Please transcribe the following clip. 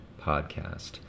podcast